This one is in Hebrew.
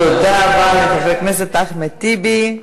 תודה רבה לחבר הכנסת אחמד טיבי.